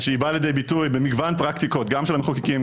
שבאה לידי ביטוי במגוון פרקטיקות גם של המחוקקים,